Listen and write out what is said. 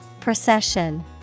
Procession